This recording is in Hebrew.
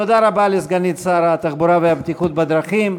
תודה רבה לסגנית שר התחבורה והבטיחות בדרכים.